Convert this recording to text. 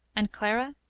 and clara?